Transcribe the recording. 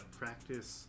practice